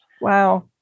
Wow